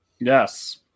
Yes